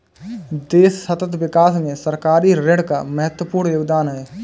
देश सतत विकास में सरकारी ऋण का महत्वपूर्ण योगदान है